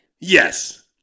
Yes